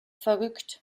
verrückt